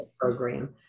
program